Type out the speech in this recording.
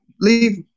leave